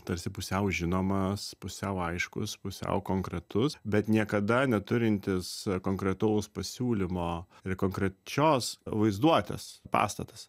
tarsi pusiau žinomas pusiau aiškus pusiau konkretus bet niekada neturintis konkretaus pasiūlymo ir konkrečios vaizduotės pastatas